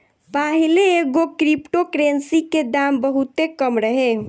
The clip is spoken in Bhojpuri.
पाहिले एगो क्रिप्टो करेंसी के दाम बहुते कम रहे